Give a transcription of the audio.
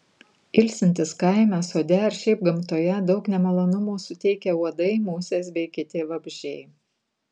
ilsintis kaime sode ar šiaip gamtoje daug nemalonumų suteikia uodai musės bei kiti vabzdžiai